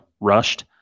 rushed